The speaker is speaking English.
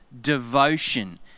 devotion